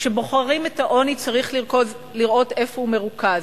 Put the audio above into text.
כשבוחנים את העוני, צריך לראות איפה הוא מרוכז,